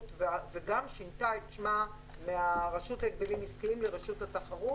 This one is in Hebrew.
וגם שינתה את שמה מהרשות להגבלים עסקיים לרשות התחרות,